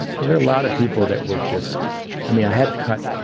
there are a lot of people that were just i mean, i had cut,